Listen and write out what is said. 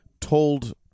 told